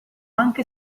anche